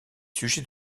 sujets